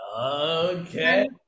Okay